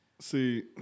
See